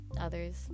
others